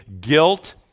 Guilt